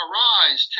Arise